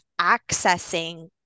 accessing